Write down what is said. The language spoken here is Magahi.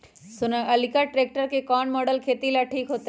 सोनालिका ट्रेक्टर के कौन मॉडल खेती ला ठीक होतै?